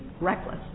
reckless